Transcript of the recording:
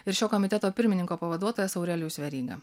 ir šio komiteto pirmininko pavaduotojas aurelijus veryga